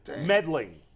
meddling